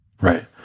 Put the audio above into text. Right